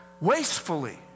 wastefully